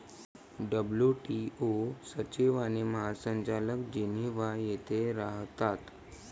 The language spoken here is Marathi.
डब्ल्यू.टी.ओ सचिव आणि महासंचालक जिनिव्हा येथे राहतात